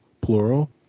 plural